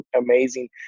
amazing